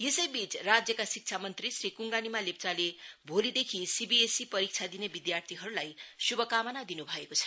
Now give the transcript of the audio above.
यसैबीच राज्यका शिक्षा मंत्री श्री क्ङ्गा निमा लेप्चाले भोलिदेखि सिविएसई परीक्षा दिने विध्यार्थीहरूलाई शुभकामना दिन् भएको छ